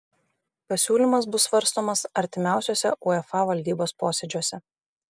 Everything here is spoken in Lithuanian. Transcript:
pasiūlymas bus svarstomas artimiausiuose uefa valdybos posėdžiuose